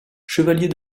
chevalier